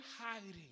hiding